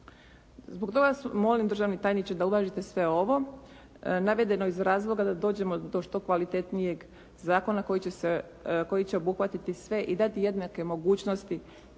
Zbog toga molim državni tajniče da uvažite sve ovo navedeno iz razloga da dođemo do što kvalitetnijeg zakona koji će obuhvatiti sve i dati jednake mogućnosti